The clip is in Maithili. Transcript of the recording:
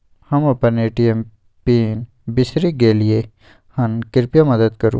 हम अपन ए.टी.एम पिन बिसरि गलियै हन, कृपया मदद करु